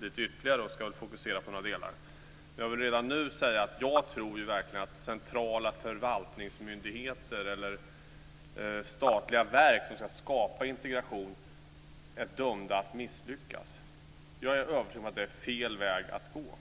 lite ytterligare att fokusera på några delar. Jag vill redan nu säga att jag verkligen tror att centrala förvaltningsmyndigheter eller statliga verk som ska skapa integration är dömda att misslyckas. Jag är övertygad om att det är fel väg att gå.